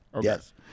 Yes